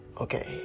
Okay